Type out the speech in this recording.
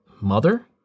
Mother